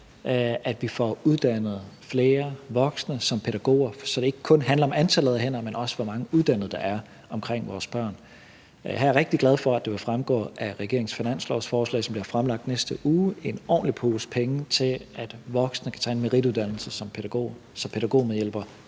at vi får uddannet flere voksne som pædagoger, så det ikke kun handler om antallet af hænder, men også om, hvor mange uddannede der er omkring vores børn. Jeg er rigtig glad for, at det vil fremgå af regeringens finanslovsforslag, som bliver fremlagt i næste uge, at der kommer en ordentlig pose penge til, at voksne kan tage en merituddannelse som pædagog, så pædagogmedhjælpere